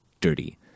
dirty